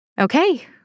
Okay